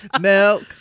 Milk